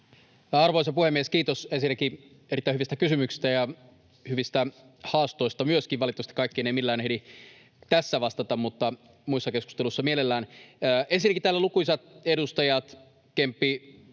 Arvoisa puhemies! Kiitos ensinnäkin erittäin hyvistä kysymyksistä ja hyvistä haastoista myöskin. Valitettavasti kaikkiin ei millään ehdi tässä vastata, mutta muissa keskusteluissa mielellään. Ensinnäkin täällä lukuisat edustajat — Kemppi,